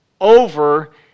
over